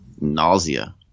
Nausea